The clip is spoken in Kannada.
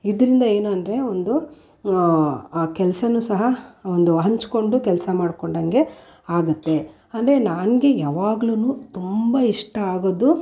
ಇದರಿಂದ ಏನು ಅಂದರೆ ಒಂದು ಆ ಕೆಲಸನೂ ಸಹ ಒಂದು ಹಂಚಿಕೊಂಡು ಕೆಲಸ ಮಾಡ್ಕೊಂಡಾಗೆ ಆಗುತ್ತೆ ಅಂದರೆ ನನಗೆ ಯಾವಗಲೂ ತುಂಬ ಇಷ್ಟ ಆಗೋದು